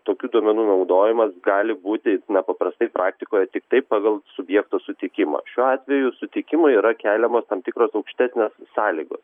tokių duomenų naudojimas gali būti jis nepaprastai praktikoje tiktai pagal subjekto sutikimą šiuo atveju sutikimui yra keliamos tam tikros aukštesnės sąlygos